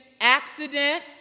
accident